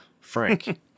Frank